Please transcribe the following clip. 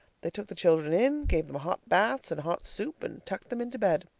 they took the children in, gave them hot baths and hot soup, and tucked them into bed.